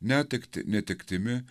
netektį netektimi